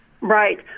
Right